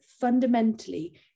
fundamentally